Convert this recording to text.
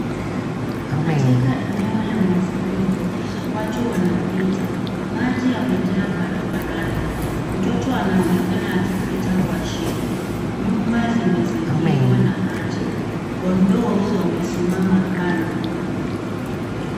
Katika eneo la mafuriko, watu wanapita, maji yamejaa barabarani. Mtoto anaonekana akipita kwa shida. Nyumba zimezingirwa na maji, kondoo wamesimama kando.